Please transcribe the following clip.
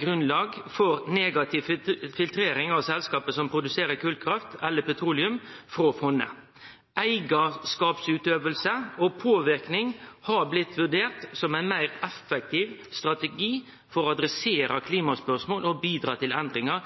grunnlag for negativ filtrering frå fondet av selskap som produserer kolkraft eller petroleum. Eigarskapsutøving og påverking har blitt vurdert som ein meir effektiv strategi enn uttrekk for å adressere klimaspørsmål og bidra til endringar.